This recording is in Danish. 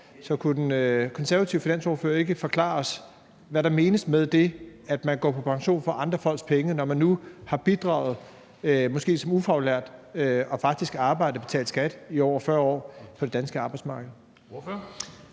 Så kunne den konservative finansordfører ikke forklare os, hvad der menes med, at man går på pension for andre folks penge, når man nu har bidraget, måske som ufaglært, og faktisk arbejdet på det danske arbejdsmarked